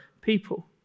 people